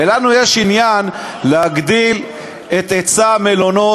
ולנו יש עניין להגדיל את היצע המלונות.